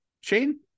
Shane